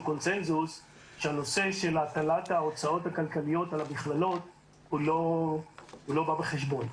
קונצנזוס שהנושא של הטלת ההוצאות הכלכליות על המכללות הוא לא בא בחשבון.